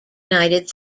united